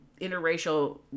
interracial